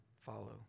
follow